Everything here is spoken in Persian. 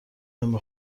همه